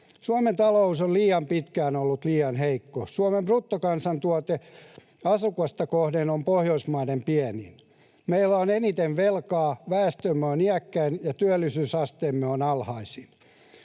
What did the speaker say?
Suomen talous on liian pitkään ollut liian heikko. Suomen bruttokansantuote asukasta kohden on Pohjoismaiden pienin. Meillä on eniten velkaa, väestömme on iäkkäin ja työllisyysasteemme on alhaisin.